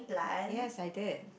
yes I did